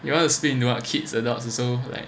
you want to split what kids adults also like